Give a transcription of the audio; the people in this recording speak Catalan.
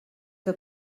que